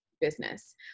Business